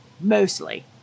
mostly